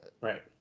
Right